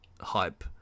Hype